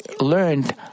learned